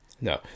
No